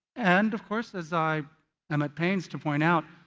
and of course, as i am at pains to point out,